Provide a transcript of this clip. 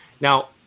Now